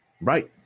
Right